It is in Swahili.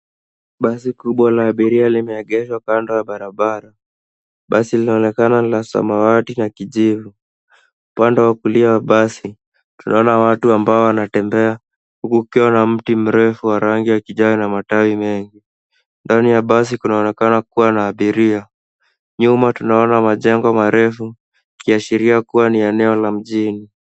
Basi kubwa la abiria limeegeshwa kando ya barabara. Basi linaonekana la samwati na kijivu. Upande wa kulia wa basi, tunaona watu ambao wanatembea huku kukiwa na mti mrefu wa rangi ya kijani na matawi mengi. Ndani ya basi kunaonekana kuwa na abiria. Nyuma tunaona majengo marefu ikiashiria kuwa ni eneo la mjini.